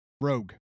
Rogue